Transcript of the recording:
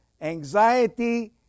anxiety